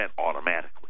automatically